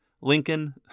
Lincoln